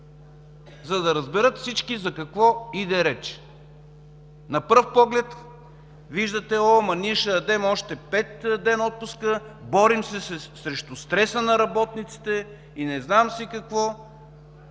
За да разберат всички за какво иде реч – на пръв поглед виждате: „Оооо, ама ние ще дадем още пет дни отпуска, борим се срещу стреса на работниците” и не знам си какво,